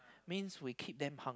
means we keep them hungry